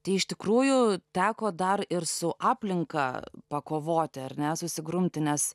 tai iš tikrųjų teko dar ir su aplinka pakovoti ar net susigrumti nes